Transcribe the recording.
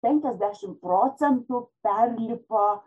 penkiasdešimt procentų perlipo